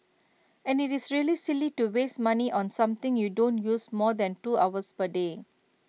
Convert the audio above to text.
and it's really silly to waste money on something you don't use more than two hours per day